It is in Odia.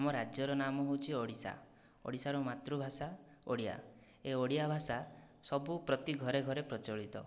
ଆମ ରାଜ୍ୟର ନାମ ହେଉଛି ଓଡ଼ିଶା ଓଡ଼ିଶାର ମାତୃଭାଷା ଓଡ଼ିଆ ଏ ଓଡ଼ିଆ ଭାଷା ସବୁ ପ୍ରତି ଘରେ ଘରେ ପ୍ରଚଳିତ